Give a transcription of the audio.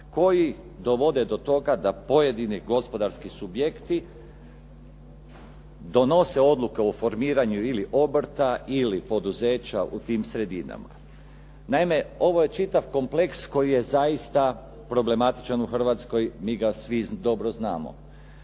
koji dovode do toga da pojedini gospodarski subjekti donose odluke o formiranju ili obrta ili poduzeća u tim sredinama. Naime, ovo je čitav kompleks koji je zaista problematičan u Hrvatskoj, mi ga svi dobro znamo.